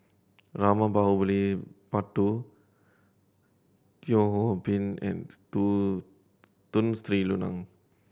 Rama Teo Ho Pin and Tun Sri Lanang